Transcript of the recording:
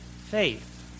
faith